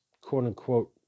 quote-unquote